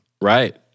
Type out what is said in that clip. right